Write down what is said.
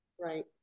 Right